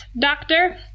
Doctor